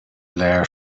léir